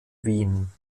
wien